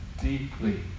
deeply